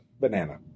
banana